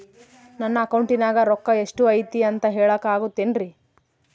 ನನ್ನ ಅಕೌಂಟಿನ್ಯಾಗ ರೊಕ್ಕ ಎಷ್ಟು ಐತಿ ಅಂತ ಹೇಳಕ ಆಗುತ್ತೆನ್ರಿ?